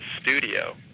studio